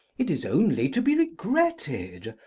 it is only to be regretted,